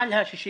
על ה-67